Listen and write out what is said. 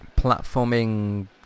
platforming